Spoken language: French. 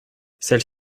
celle